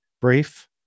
brief